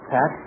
Pat